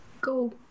go